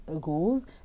goals